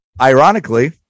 ironically